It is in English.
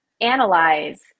analyze